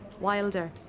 wilder